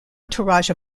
entourage